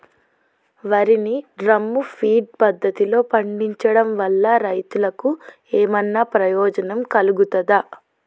వరి ని drum feed పద్ధతిలో పండించడం వల్ల రైతులకు ఏమన్నా ప్రయోజనం కలుగుతదా?